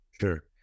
Sure